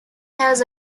has